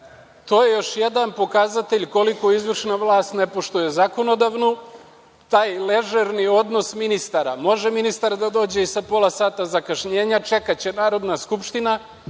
To je još jedan pokazatelj koliko izvršna vlast ne poštuje zakonodavnu, taj ležerni odnos ministara, može ministar da dođe i sa pola sata zakašnjenja, čekaće Narodna skupština,